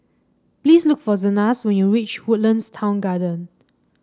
please look for Zenas when you reach Woodlands Town Garden